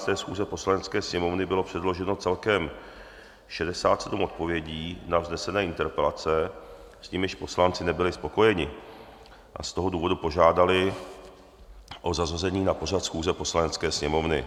Na pořad jednání 118. schůze Poslanecké sněmovny bylo předloženo celkem 67 odpovědí na vznesené interpelace, s nimiž poslanci nebyli spokojeni, a z toho důvodu požádali o zařazení na pořad schůze Poslanecké sněmovny.